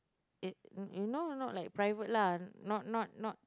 it you know you know like private lah not not not